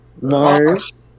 Mars